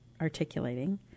articulating